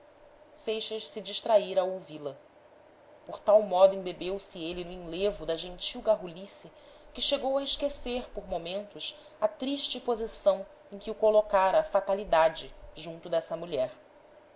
seixas se distraíra a ouvi-la por tal modo embebeu se ele no enlevo da gentil garrulice que chegou a esquecer por momentos a triste posição em que o colocara a fatalidade junto dessa mulher